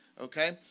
okay